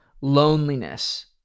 loneliness